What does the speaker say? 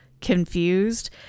confused